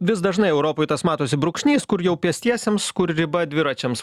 vis dažnai europoj tas matosi brūkšnys kur jau pėstiesiems kur riba dviračiams